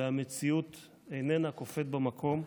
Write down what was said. והמציאות איננה קופאת במקום,